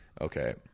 Okay